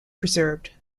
preserved